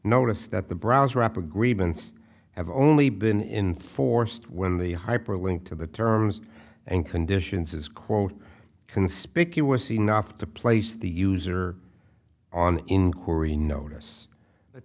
notice that the browser app agreements have only been forced when the hyperlink to the terms and conditions is quote conspicuous enough to place the user on inquiry